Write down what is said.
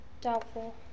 Doubtful